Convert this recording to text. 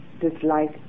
dislike